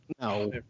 No